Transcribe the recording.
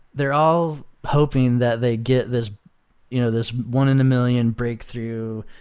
they're all hoping that they get this you know this one in a million breakthrough.